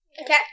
Okay